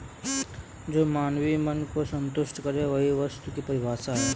जो मानवीय मन को सन्तुष्ट करे वही वस्तु की परिभाषा है